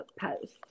post